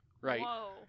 right